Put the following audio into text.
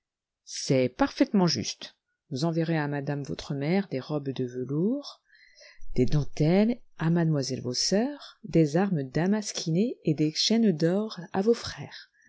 c'est parfaitement juste vous enverrez à mme votre mère des robes de velours des dentelles à mlles vos sœurs des armes damasquinées et des chaînes d'or à vos frères